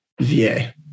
VA